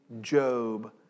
Job